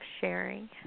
sharing